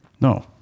No